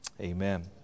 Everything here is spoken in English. Amen